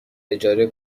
اجاره